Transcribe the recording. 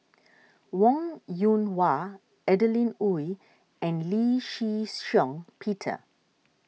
Wong Yoon Wah Adeline Ooi and Lee Shih Shiong Peter